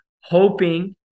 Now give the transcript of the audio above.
hoping